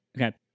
okay